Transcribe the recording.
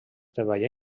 treballà